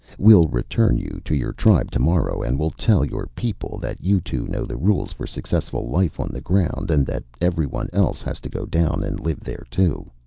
we'll return you to your tribe tomorrow, and we'll tell your people that you two know the rules for successful life on the ground and that everyone else has to go down and live there too.